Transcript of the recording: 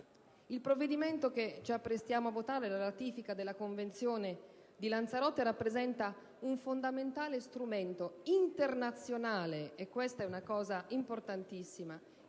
Il provvedimento che ci apprestiamo a votare, la ratifica della Convenzione di Lanzarote, rappresenta un fondamentale strumento internazionale - e questa è una cosa importantissima